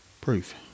proof